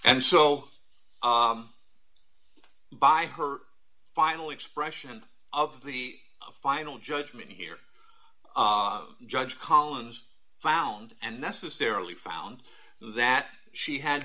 and so by her final expression of the final judgment here judge collins found and necessarily found that she had